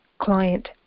client